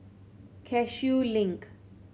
Cashew Link